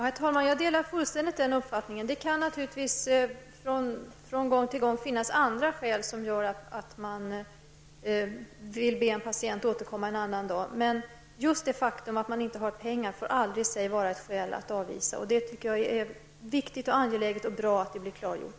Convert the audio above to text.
Herr talman! Jag delar fullständigt den uppfattningen. Det kan naturligtvis från gång till annan finnas andra skäl som gör att man vill be en patient att återkomma en annan dag. Men just det faktum att man inte har pengar får aldrig i sig vara ett skäl att avvisa. Detta är viktigt och angeläget, och det är bra att det blev klargjort.